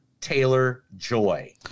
Taylor-Joy